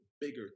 bigger